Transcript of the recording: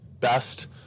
best